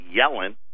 Yellen